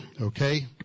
okay